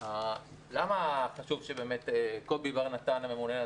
לומר למה חשוב שקובי בר נתן הממונה על